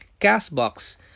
CastBox